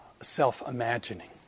self-imagining